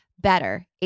Better